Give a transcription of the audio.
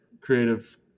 creative